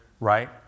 Right